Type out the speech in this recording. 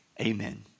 Amen